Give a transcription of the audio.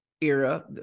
era